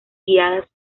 guiadas